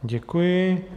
Děkuji.